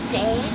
day